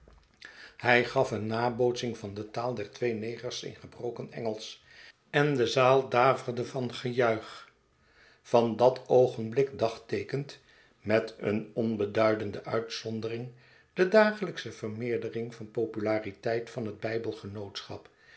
hij gaf een nabootsing van de taal der twee negers in gebroken engelsch en de zaal daverde van gejuich van dat oogenblik dagteekent met een onbeduidende uitzondering de dagelijksche vermeerdering van populariteit van het bijbelgenootschap